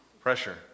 pressure